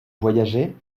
voyager